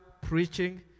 preaching